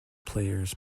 players